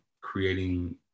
creating